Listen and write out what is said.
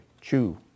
chew